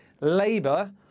Labour